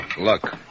Look